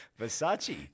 Versace